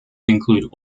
include